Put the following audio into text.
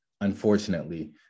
Unfortunately